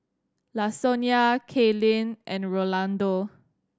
Lasonya Kaylin and Rolando